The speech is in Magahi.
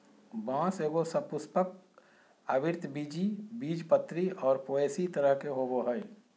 बाँस एगो सपुष्पक, आवृतबीजी, बीजपत्री और पोएसी तरह के होबो हइ